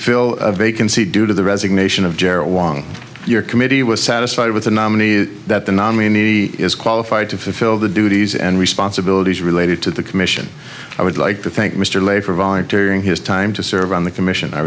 fill a vacancy due to the resignation of gerald wong your committee was satisfied with the nominees that the nominee is qualified to fulfill the duties and responsibilities related to the commission i would like to thank mr lay for volunteering his time to serve on the commission i